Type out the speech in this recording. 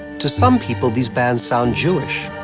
to some people, these bands sound jewish,